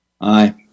Aye